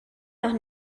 noch